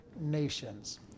nations